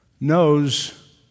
knows